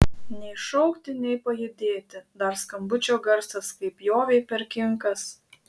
nei šaukti nei pajudėti dar skambučio garsas kaip pjovė per kinkas